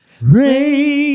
rain